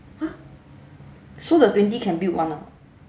!huh! so the twenty can build [one] ah